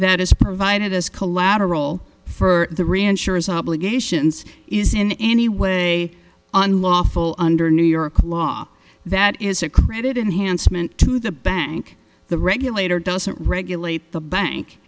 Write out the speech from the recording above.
that is provided as collateral for the reinsurance obligations is in any way unlawful under new york law that is a credit enhanced meant to the bank the regulator doesn't regulate the bank